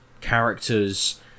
characters